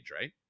right